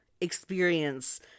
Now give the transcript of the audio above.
experience